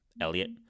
Elliot